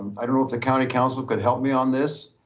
i don't know if the county council could help me on this.